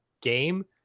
game